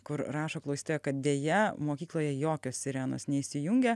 kur rašo klausytoja kad deja mokykloje jokios sirenos neįsijungia